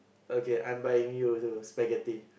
okay I'm buying you also spaghetti